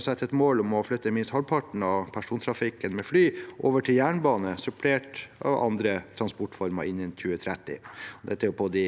sette et mål om å flytte minst halvparten av persontrafikken med fly over til jernbane, supplert av andre transportformer, innen 2030. Dette er på de